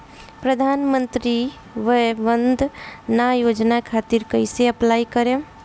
प्रधानमंत्री वय वन्द ना योजना खातिर कइसे अप्लाई करेम?